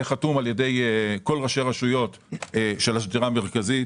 כל ראשי הרשויות של השדרה המרכזית,